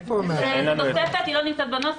זה תוספת, היא לא נמצאת בנוסח.